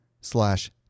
slash